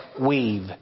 weave